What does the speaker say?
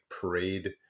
parade